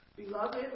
Beloved